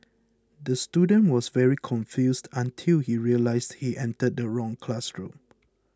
the student was very confused until he realised he entered the wrong classroom